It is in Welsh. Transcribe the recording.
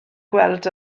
gweld